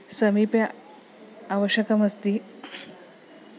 समीपे आवश्यकमस्ति